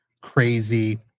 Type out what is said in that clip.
crazy